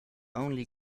only